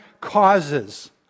causes